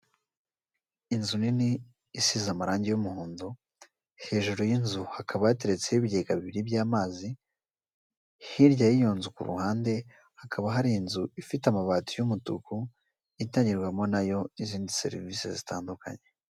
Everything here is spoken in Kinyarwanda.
Inzu nini isize amarangi y'umuhondo hejuru y'inzu hakaba hateretseho ibigega bibiri by'amazi hirya y'iyo nzu ku ruhande hakaba hari inzu ifite amabati y'umutuku, itangirwarwamo nayo n'izindi serivisi zitandukanye.